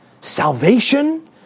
salvation